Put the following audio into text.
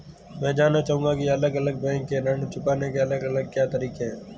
मैं जानना चाहूंगा की अलग अलग बैंक के ऋण चुकाने के अलग अलग क्या तरीके होते हैं?